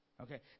Okay